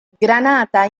granata